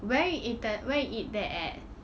where you eate~ where you eat that at